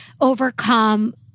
overcome